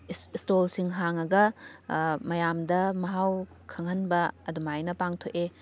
ꯏꯁꯇꯣꯜꯁꯤꯡ ꯍꯥꯡꯉꯒ ꯃꯌꯥꯝꯗ ꯃꯍꯥꯎ ꯈꯪꯍꯟꯕ ꯑꯗꯨꯃꯥꯏꯅ ꯄꯥꯡꯊꯣꯛꯑꯦ